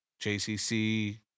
JCC